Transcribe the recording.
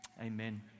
Amen